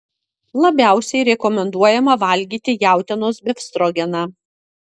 labiausiai rekomenduojama valgyti jautienos befstrogeną